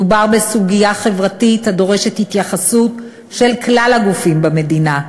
מדובר בסוגיה חברתית הדורשת התייחסות של כלל הגופים במדינה.